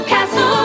Castle